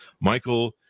Michael